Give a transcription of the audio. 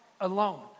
alone